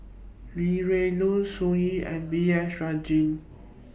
Li Rulin Sun Yee and B S Rajhans